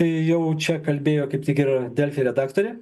jau čia kalbėjo kaip tik ir delfi redaktorė